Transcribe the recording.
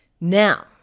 Now